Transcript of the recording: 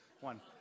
one